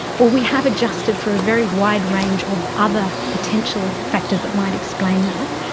well, we have adjusted for a very wide range of other potential factors that might explain that.